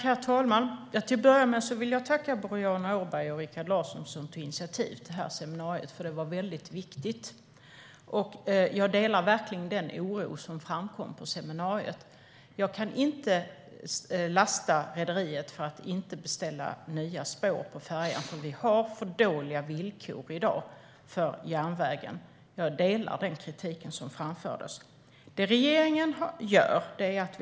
Herr talman! Till att börja med vill jag tacka Boriana Åberg och Rikard Larsson, som tog initiativ till det här väldigt viktiga seminariet. Jag delar verkligen den oro som framkom på seminariet. Jag kan inte lasta rederiet för att det inte beställer nya spår till färjan, för vi har för dåliga villkor för järnvägen i dag. Jag delar den kritik som framfördes. Vad gör då regeringen?